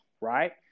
right